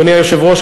אדוני היושב-ראש,